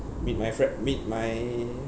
meet my friend meet my